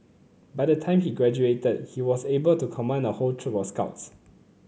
by the time he graduated he was able to command a whole troop of scouts